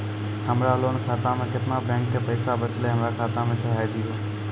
हमरा लोन खाता मे केतना बैंक के पैसा बचलै हमरा खाता मे चढ़ाय दिहो?